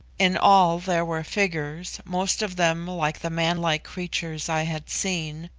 in all there were figures, most of them like the manlike creatures i had seen,